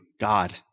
God